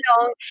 long